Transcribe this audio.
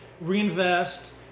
reinvest